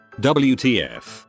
WTF